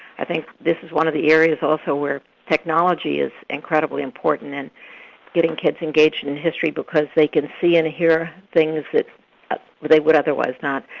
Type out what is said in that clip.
i think this is one of the areas also where technology is incredibly important in getting kids engaged in history, because they can see and hear things that they would otherwise not.